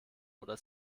oder